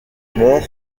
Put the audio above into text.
mord